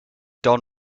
don